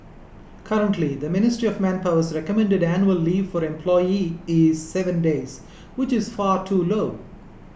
currently the Ministry of Manpower's recommended annual leave for employees is seven days which is far too low